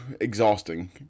exhausting